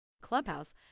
Clubhouse